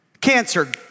Cancer